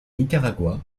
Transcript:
nicaragua